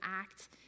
act